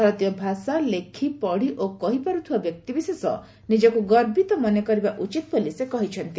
ଭାରତୀୟ ଭାଷା ଲେଖି ପଢ଼ି ଓ କହିପାରୁଥିବା ବ୍ୟକ୍ତିବିଶେଷ ନିଜକୁ ଗର୍ବିତ ମନେ କରିବା ଉଚିତ ବୋଲି ସେ କହିଛନ୍ତି